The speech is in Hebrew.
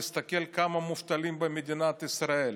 תסתכל כמה מובטלים במדינת ישראל,